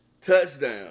touchdown